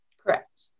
Correct